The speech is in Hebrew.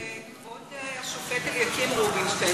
אבל כבוד השופט אליקים רובינשטיין,